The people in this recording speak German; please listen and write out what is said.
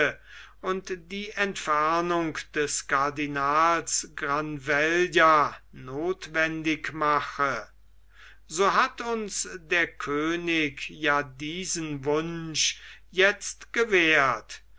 und die entfernung des cardinals granvella nothwendig mache so hat uns der könig ja diesen wunsch jetzt gewährt